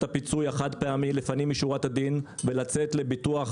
הפיצוי החד-פעמי לפנים משורת הדין ולעשות ביטוח